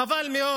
חבל מאוד